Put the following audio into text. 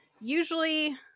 usually